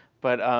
but